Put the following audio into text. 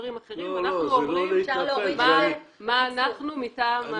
אנחנו קובעים שזה יחול על השנתיים מאז חוק הטרור.